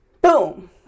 Boom